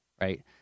right